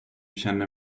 känner